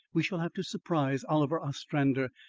we shall have to surprise oliver ostrander,